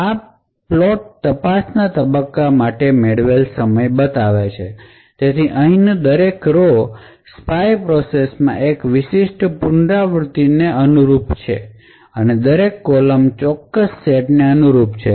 આ પ્લોટ તપાસના તબક્કા માટે મેળવેલો સમય બતાવે છે તેથી અહીંની દરેક રો સ્પાય પ્રોસેસ માં એક વિશિષ્ટ પુનરાવૃત્તિને અનુરૂપ છે અને દરેક કૉલમ ચોક્કસ સેટને અનુરૂપ છે